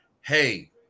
Hey